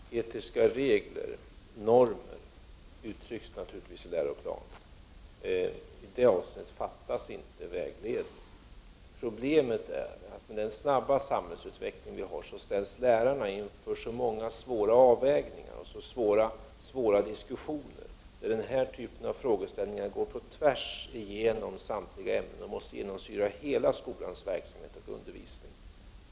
Herr talman! Etiska regler och normer uttrycks naturligtvis i läroplanen. I det avseendet fattas inte vägledning. Problemet är att med den snabba samhällsutveckling vi har i dag, så ställs lärarna inför så många svåra avvägningar och så svåra diskussioner där den här typen av frågeställningar går rakt igenom samtliga ämnen. Dessa frågor måste genomsyra all skolans verksamhet och undervisning.